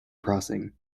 crossing